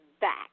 back